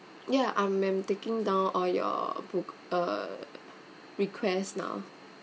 ya I am taking down all your book~ uh request now